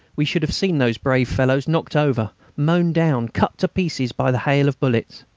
we should have seen those brave fellows knocked over, mown down, cut to pieces, by the hail of bullets.